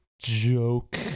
joke